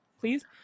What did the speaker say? please